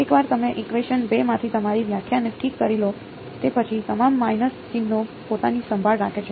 એકવાર તમે ઇકવેશન 2 માંથી તમારી વ્યાખ્યાને ઠીક કરી લો તે પછી તમામ માઈનસ ચિહ્નો પોતાની સંભાળ રાખે છે